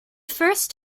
first